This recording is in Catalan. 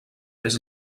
fes